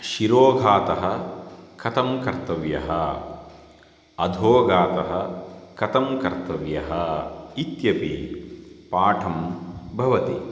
शिरोघातः कथं कर्तव्यः अधोघातः कथं कर्तव्यः इत्यपि पाठं भवति